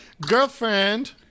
girlfriend